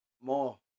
more